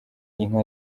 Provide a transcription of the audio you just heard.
inka